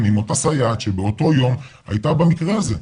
עם אותה סייעת שבאותו יום הייתה במקרה הזה,